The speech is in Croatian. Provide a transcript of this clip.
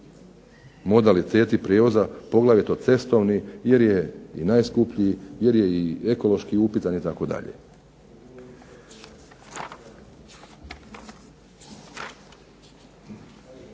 modaliteti prijevoza poglavito cestovnih jer je najskuplji, jer je i ekološki upitan itd.